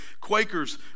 Quakers